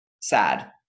sad